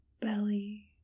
belly